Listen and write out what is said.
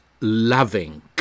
loving